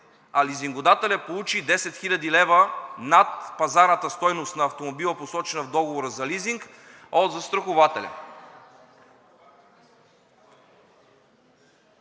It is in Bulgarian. а лизингодателят получи 10 хил. лв. над пазарната стойност на автомобила, посочена в договора за лизинг, от застрахователя.